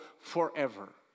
forever